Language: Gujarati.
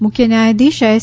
મુખ્ય ન્યાયાધીશ એસ